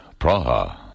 Praha